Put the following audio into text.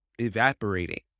evaporating